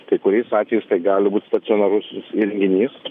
kai kuriais atvejais tai gali būt stacionarusis įrenginys